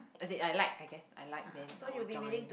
as in I like I guess I like then I will join